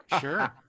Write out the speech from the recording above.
Sure